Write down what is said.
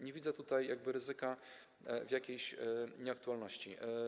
Nie widzę tutaj jakby ryzyka jakiejś jej nieaktualności.